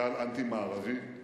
גל אנטי-מערבי,